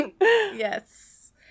Yes